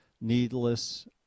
Needless